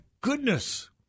goodness